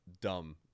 dumb